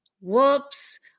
Whoops